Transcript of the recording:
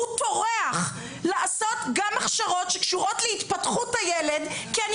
הוא טורח לעשות גם הכשרות שקשורות להתפתחות הילד כי אני